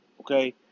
okay